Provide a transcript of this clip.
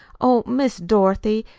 oh, miss dorothy,